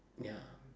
ya